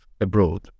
abroad